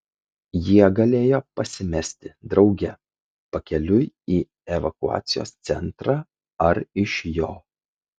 jie galėjo pasimesti drauge pakeliui į evakuacijos centrą ar iš jo